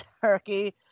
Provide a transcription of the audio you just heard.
turkey